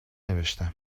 نوشتم